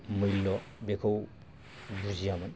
मैल्य बेखौ बुजियामोन